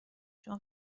شما